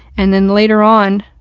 and then later on,